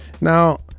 Now